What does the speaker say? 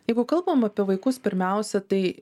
jeigu kalbam apie vaikus pirmiausia tai